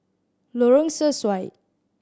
Lorong Sesuai